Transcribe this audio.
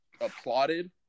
applauded